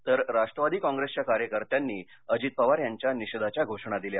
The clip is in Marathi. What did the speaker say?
तर राष्ट्रवादी कॉप्रेसच्या कार्यकर्त्यांनी अजित पवार यांच्या निषेधाच्या घोषणा दिल्या